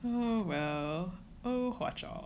oh well oh hwa chong